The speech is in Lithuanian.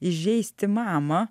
įžeisti mamą